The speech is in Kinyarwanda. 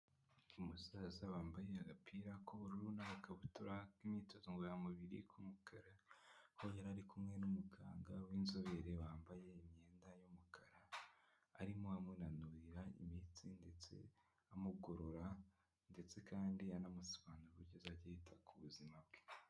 Umusaza wambaye agapira k'ubururu n'akabutura k'imyitozo ngororamubiri k'umukara aho yari ari kumwe n'umuganga w'inzobere wambaye imyenda y'umukara, arimo amunanurira imitsi ndetse amugorora ndetse kandi anamusobanura uburyo azajya yita ku buzima bwe.